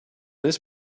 this